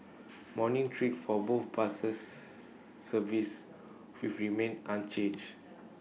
morning trips for both buses services with remain unchanged